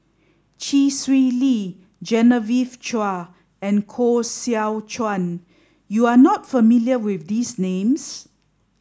Chee Swee Lee Genevieve Chua and Koh Seow Chuan you are not familiar with these names